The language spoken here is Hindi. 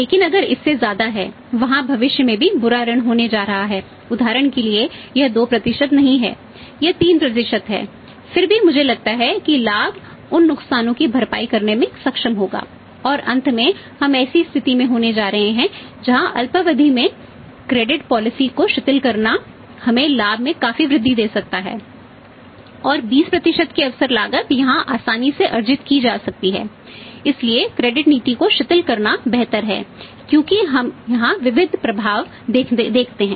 लेकिन अगर इससे ज्यादा है वहाँ भविष्य में भी बुरा ऋण होने जा रहे हैं उदाहरण के लिए यह 2 नहीं है यह 3 है फिर भी मुझे लगता है कि यह लाभ उन नुकसानों की भरपाई करने में सक्षम होगा और अंत में हम ऐसी स्थिति में होने जा रहे हैं जहां अल्पावधि के लिए क्रेडिट पॉलिसी नीति को शिथिल करना बेहतर है क्योंकि यह हमें विविध प्रभाव देगी